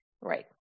Right